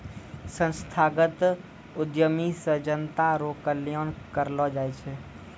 संस्थागत उद्यमी से जनता रो कल्याण करलौ जाय छै